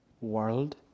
world